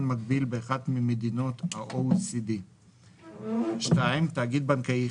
מקביל באחת ממדינות ה-OECD; תאגיד בנקאי,